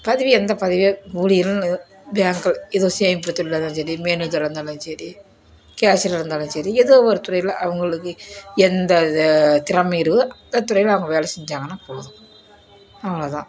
பதவி எந்த பதவியோ ஊழியர் பேங்க் இது சேமிப்புத்துறையில் இருந்தாலும் சரி மேனேஜராக இருந்தாலும் சரி கேஷியராக இருந்தாலும் சரி எதோ ஒரு துறையில் அவங்களுக்கு எந்த திறமை இருக்கோ அந்த துறையில் அவங்க வேலை செஞ்சாங்கன்னால் போதும் அவ்வளோதான்